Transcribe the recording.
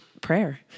Prayer